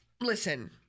listen